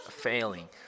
failing